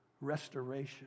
restoration